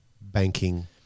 banking